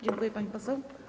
Dziękuję, pani poseł.